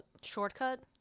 Shortcut